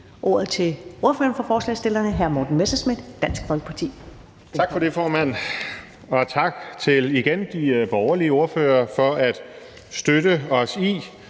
ordet til ordføreren for forslagsstillerne, hr. Morten Messerschmidt, Dansk Folkeparti.